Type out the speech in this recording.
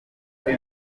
kuri